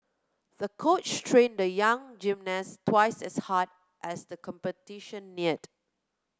the coach trained the young gymnast twice as hard as the competition neared